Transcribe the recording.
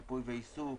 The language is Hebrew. ריפוי ועיסוק,